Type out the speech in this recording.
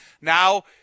Now